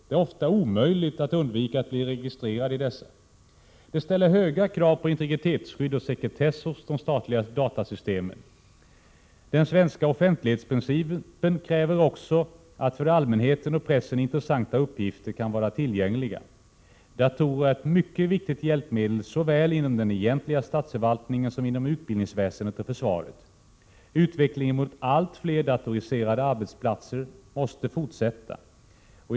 Det är ofta omöjligt att undvika att bli registrerad i dessa. Detta ställer höga krav på integritetsskydd och sekretess hos de statliga datasystemen. Den svenska offentlighetsprincipen kräver också att för allmänheten och pressen intressanta uppgifter kan vara tillgängliga. Datorer är ett mycket viktigt hjälpme del såväl inom den egentliga statsförvaltningen som inom utbildningsväsen — Prot. 1987/88:122 det och försvaret. Utvecklingen mot allt fler datoriserade arbetsplatser måste 18 maj 1988 fortsätta.